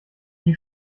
die